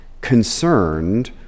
concerned